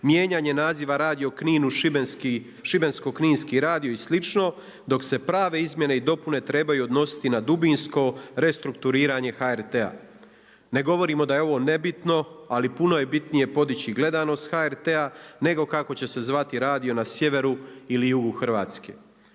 mijenjanja naziva Radio Knin u Šibensko-kninski radio i slično dok se prave izmjene i dopune trebaju odnositi na dubinsko restrukturiranje HRT-a. Ne govorimo da je ovo nebitno, ali puno je bitnije podići gledanost HRT-a nego kako će se zvati radio na sjeveru ili jugu Hrvatske.